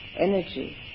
energy